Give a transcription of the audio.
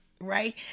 Right